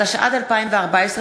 התשע"ד 2014,